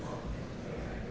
well i